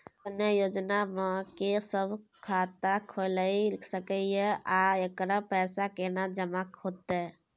सुकन्या योजना म के सब खाता खोइल सके इ आ एकर पैसा केना जमा होतै?